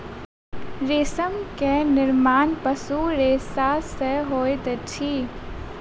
रेशम के निर्माण पशु रेशा सॅ होइत अछि